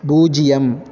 பூஜ்ஜியம்